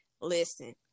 listen